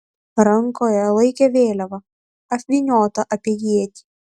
rankoje laikė vėliavą apvyniotą apie ietį